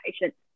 patient